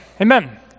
amen